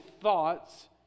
thoughts